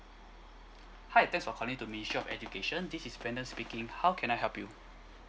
hi thanks for calling to ministry of education this is brandon speaking how can I help you